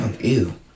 Ew